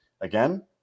again